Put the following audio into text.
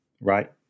Right